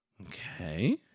Okay